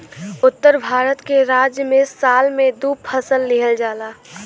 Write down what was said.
उत्तर भारत के राज्य में साल में दू फसल लिहल जाला